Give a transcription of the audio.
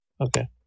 Okay